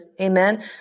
Amen